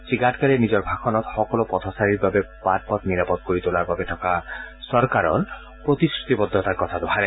শ্ৰী গাডকাৰীয়ে নিজৰ ভাষণত সকলো পথচাৰীৰ বাবে বাট পথ নিৰাপদ কৰি তোলাৰ বাবে থকা চৰকাৰৰ প্ৰতিশ্ৰুতিবদ্ধতাৰ কথা দোহাৰে